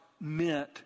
meant